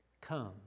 come